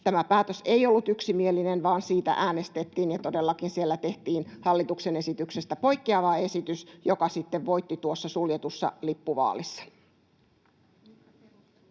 Tämä päätös ei ollut yksimielinen, vaan siitä äänestettiin, ja todellakin siellä tehtiin hallituksen esityksestä poikkeava esitys, joka sitten voitti tuossa suljetussa lippuvaalissa. [Speech